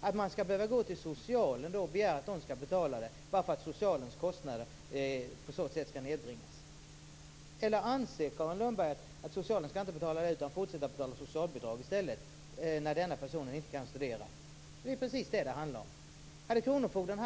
Skall man behöva gå till socialen och begära att den skall betala det bara för att socialens kostnader på det viset skall nedbringas? Anser Carin Lundberg att socialen inte skall betala det utan fortsätta att betala socialbidrag i stället när denna person inte kan studera? Det är precis vad det handlar om. Hade kronofogden